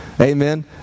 Amen